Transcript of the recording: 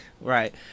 right